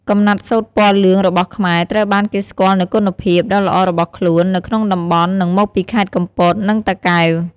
កំណាត់សូត្រពណ៌លឿងរបស់ខ្មែរ ត្រូវបានគេស្គាល់នូវគុណភាព ដ៏ល្អរបស់ខ្លួន នៅក្នុងតំបន់ និងមកពីខេត្តកំពត និងតាកែវ។